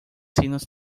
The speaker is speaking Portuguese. sinos